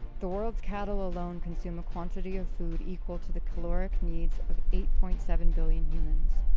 the world's cattle alone consume a quantity of food equal to the caloric needs of eight point seven billion humans,